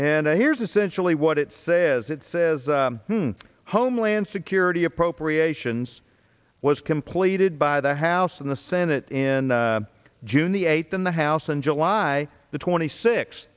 and here's essentially what it says it says homeland security appropriations was completed by the house in the senate in june the eighth in the house in july the twenty six